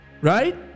Right